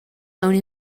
aunc